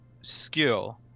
skill